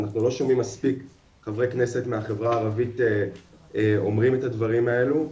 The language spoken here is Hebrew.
אנחנו לא שומעים מספיק חברי כנסת מהחברה הערבית אומרים את הדברים האלו,